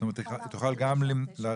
זאת אומרת, היא תוכל גם להרחיב?